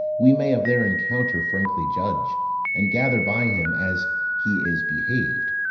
we may of their encounter frankly judge and gather by him, as he is behav'd,